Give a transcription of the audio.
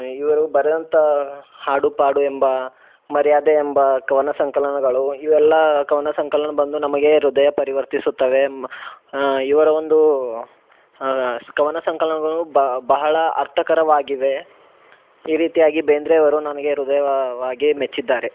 ಇವರು ಬರೆದಂಥ ಹಾಡು ಪಾಡು ಎಂಬ ಮರ್ಯಾದೆ ಎಂಬ ಕವನ ಸಂಕಲನಗಳು ಇವೆಲ್ಲ ಕವನ ಸಂಕಲನ ಬಂದು ನಮಗೆ ಹೃದಯ ಪರಿವರ್ತಿಸುತ್ತವೆ ಮ ಇವರ ಒಂದು ಸ್ ಕವನ ಸಂಕಲನಗಳು ಬಹಳ ಅರ್ಥಕರವಾಗಿವೆ ಈ ರೀತಿಯಾಗಿ ಬೇಂದ್ರೆ ಅವರು ನನಗೆ ಹೃದಯವಾಗಿ ಮೆಚ್ಚಿದ್ದಾರೆ